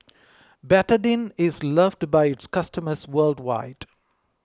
Betadine is loved by its customers worldwide